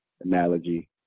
analogy